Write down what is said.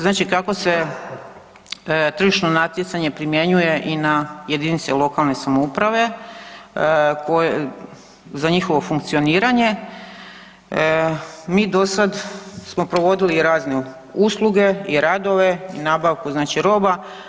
Znači kako se tržišno natjecanje primjenjuje i na jedinice lokalne samouprave za njihovo funkcioniranje, mi do sada smo provodili razne usluge i radove i nabavku znači roba.